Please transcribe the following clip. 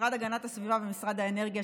משרד הגנת הסביבה ומשרד האנרגיה,